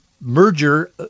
merger